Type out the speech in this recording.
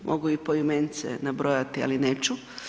Mogu i poimence nabrojati, ali neću.